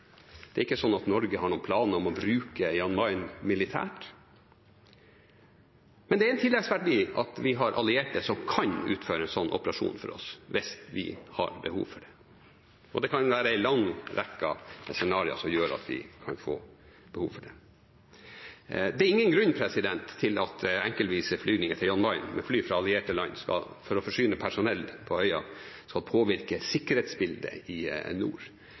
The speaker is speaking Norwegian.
Det er ikke sånn at Norge har noen planer om å bruke Jan Mayen militært. Men det er en tilleggsverdi at vi har allierte som kan utføre en sånn operasjon for oss hvis vi har behov for det, og det kan være en lang rekke scenarioer som gjør at vi kan få behov for det. Det er ingen grunn til at enkeltvise flygninger til Jan Mayen med fly fra allierte land for å forsyne personell på øya skal påvirke sikkerhetsbildet i nord.